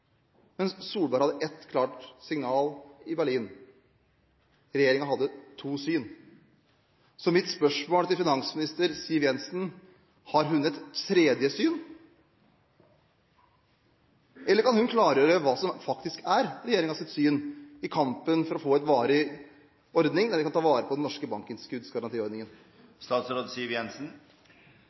Solberg hadde et klart signal i Berlin. Regjeringen hadde to syn. Mitt spørsmål til finansminister Siv Jensen er: Har hun et tredje syn? Eller kan hun klargjøre hva som faktisk er regjeringens syn i kampen for å få en varig ordning der vi kan ta vare på den norske bankinnskuddsgarantiordningen.